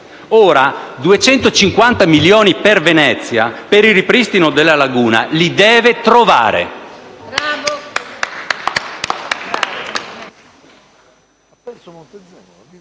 Ora 250 milioni per Venezia, per il ripristino della laguna, li deve trovare.